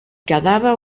quedava